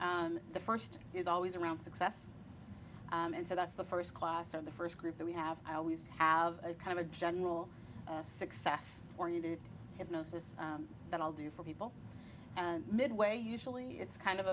y the first is always around success and so that's the first class or the first group that we have i always have a kind of a general success or needed it most is that i'll do for people and midway usually it's kind of